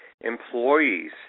employees